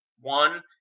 one